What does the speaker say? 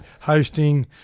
hosting